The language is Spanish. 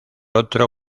otro